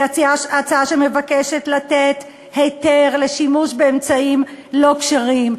היא הצעה שמבקשת לתת היתר לשימוש באמצעים לא כשרים,